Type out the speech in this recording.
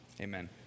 Amen